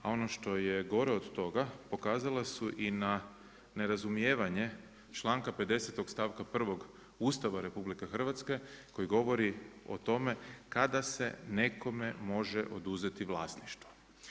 A ono što je gore od toga pokazale su i na nerazumijevanje članka 50. stavka 1. Ustava RH koji govori o tome kada se nekome može oduzeti vlasništvo.